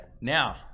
Now